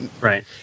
Right